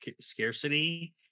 scarcity